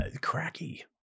cracky